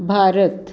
Bharat